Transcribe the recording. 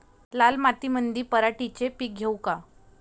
लाल मातीमंदी पराटीचे पीक घेऊ का?